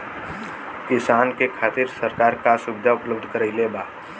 किसान के खातिर सरकार का सुविधा उपलब्ध करवले बा?